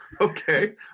Okay